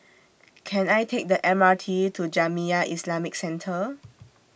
Can I Take The M R T to Jamiyah Islamic Centre